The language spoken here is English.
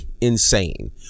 insane